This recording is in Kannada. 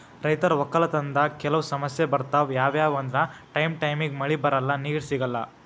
ರೈತರ್ ವಕ್ಕಲತನ್ದಾಗ್ ಕೆಲವ್ ಸಮಸ್ಯ ಬರ್ತವ್ ಯಾವ್ಯಾವ್ ಅಂದ್ರ ಟೈಮ್ ಟೈಮಿಗ್ ಮಳಿ ಬರಲ್ಲಾ ನೀರ್ ಸಿಗಲ್ಲಾ